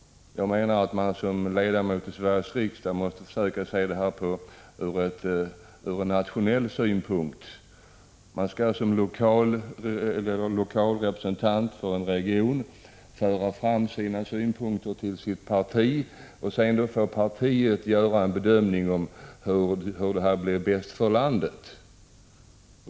Jag menar att man som ledamot av Sveriges riksdag måste försöka se frågorna ur nationell synpunkt. Man skall som lokal representant för en region föra fram sina synpunkter till sitt parti. Sedan får partiet göra en bedömning av vad som blir bäst för landet.